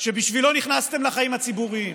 שבשבילו נכנסתם לחיים הציבוריים,